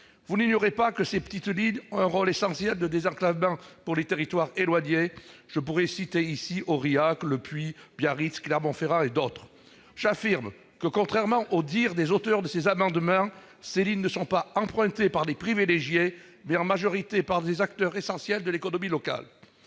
Vous n'ignorez pas que ces petites lignes ont un rôle essentiel de désenclavement pour ces territoires éloignés. Je pourrais citer Aurillac, Le Puy, Biarritz, Clermont-Ferrand et d'autres. J'affirme que, contrairement aux dires des auteurs de ces amendements, ces lignes sont empruntées non par des privilégiés mais en majorité par des acteurs essentiels de l'économie locale.